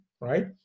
right